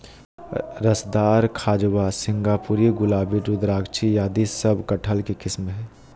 रसदार, खजवा, सिंगापुरी, गुलाबी, रुद्राक्षी आदि सब कटहल के किस्म हय